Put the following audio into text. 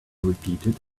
repeated